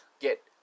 Get